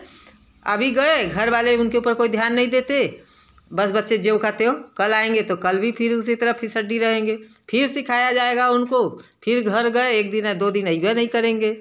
अभी गए घर वाले उनके ऊपर कोई ध्यान नहीं देते बस बच्चे ज्यों का त्यों कल आएँगे तो कल भी फिर उसी तरह फिसड्डी रहेंगे फिर सिखाया जाएगा उनको फिर घर गए एक दिन आ दो दिन अइबे नहीं करेंगे